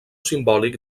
simbòlic